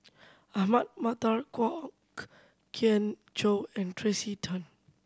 Ahmad Mattar Kwok Kian Chow and Tracey Tan